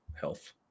health